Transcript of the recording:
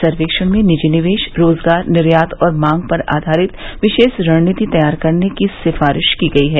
सर्वक्षण में निजी निवेश रोजगार निर्यात और मांग पर आधारित विशेष रणनीति तैयार करने की सिफारिश की गई है